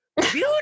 beauty